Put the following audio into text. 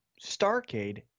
Starcade